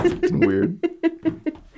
weird